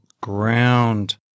ground